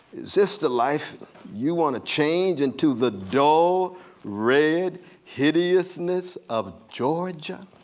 is this the life you want to change into the dull red hideousness of georgia?